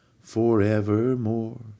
forevermore